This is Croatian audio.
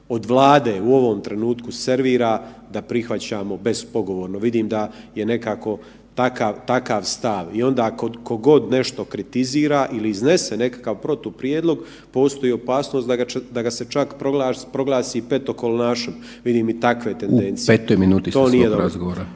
od Vlade u ovom trenutku servira da prihvaćamo bespogovorno. Vidim da je nekako takav, takav stav i onda ko god nešto kritizira ili iznese nekakav protuprijedlog postoji opasnost da ga se čak proglasi petokolonašom, vidim i takve tendencije …/Upadica: U petoj minuti ste svog razgovora/…to